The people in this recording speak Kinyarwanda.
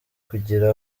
kugira